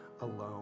alone